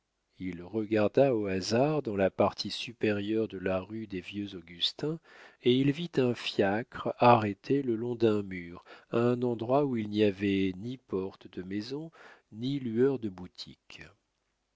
il regarda au hasard dans la partie supérieure de la rue des vieux augustins et il vit un fiacre arrêté le long d'un mur à un endroit où il n'y avait ni porte de maison ni lueur de boutique